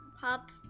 Pop